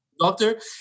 doctor